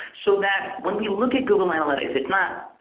so that when we look at google analytics it's not,